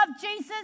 Jesus